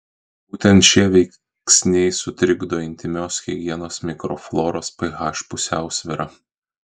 būtent šie veiksniai sutrikdo intymios higienos mikrofloros ph pusiausvyrą